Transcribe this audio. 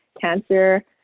cancer